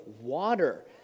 water